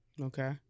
okay